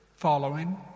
following